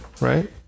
right